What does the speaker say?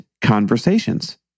conversations